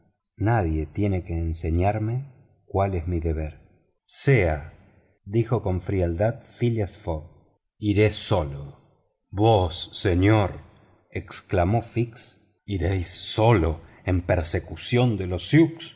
nadie tiene que enseñarme cuál es mi deber sea dijo con frialdad phileas fogg iré solo vos señor exclamó fix iréis solo en persecución de los